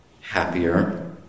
happier